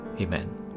Amen